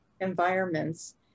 environments